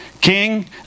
King